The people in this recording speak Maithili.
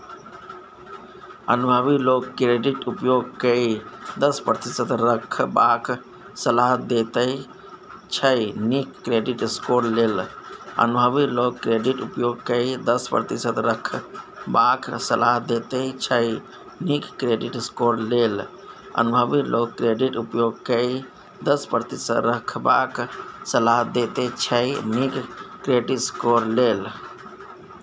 अनुभबी लोक क्रेडिट उपयोग केँ दस प्रतिशत रखबाक सलाह देते छै नीक क्रेडिट स्कोर लेल